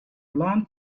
learned